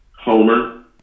Homer